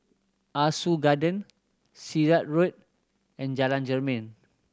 Ah Soo Garden Sirat Road and Jalan Jermin